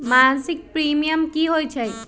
मासिक प्रीमियम की होई छई?